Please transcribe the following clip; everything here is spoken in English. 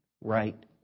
right